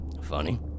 Funny